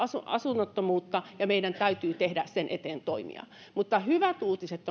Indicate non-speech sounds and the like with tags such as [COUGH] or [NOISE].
asunnottomuutta ja meidän täytyy tehdä sen eteen toimia hyvät uutiset [UNINTELLIGIBLE]